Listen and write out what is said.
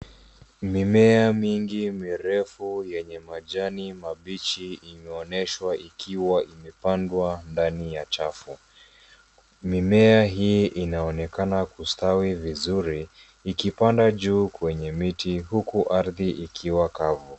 Mimea mingi mirefu yenye majani mabichi imeonyeshwa ikiwa imepandwa ndani ya chafu. Mimea hii inaonekana kustawi vizuri ikipanda juu kwenye miti huku ardhi ikiwa kavu.